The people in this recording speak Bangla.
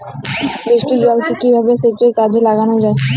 বৃষ্টির জলকে কিভাবে সেচের কাজে লাগানো যায়?